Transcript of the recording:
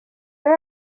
they